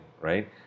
right